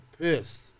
pissed